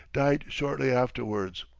died shortly afterwards.